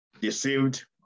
deceived